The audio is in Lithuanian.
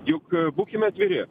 juk būkime atviri